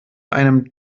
einem